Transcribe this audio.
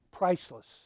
Priceless